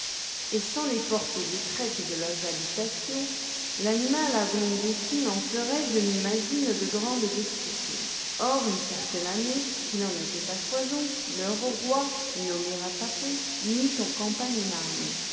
et sans les portes étraites de leurs habitations l'animal à longue échine en ferait je m'imagine de grandes destructions or une certaine année qu'il en était à foison leur roi nommé ratapon mit en campagne une armée